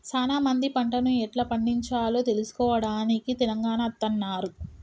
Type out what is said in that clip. సానా మంది పంటను ఎట్లా పండిచాలో తెలుసుకోవడానికి తెలంగాణ అత్తన్నారు